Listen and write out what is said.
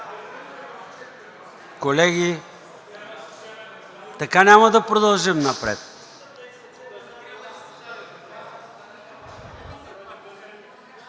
Колеги, така няма да продължим напред.